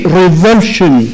revulsion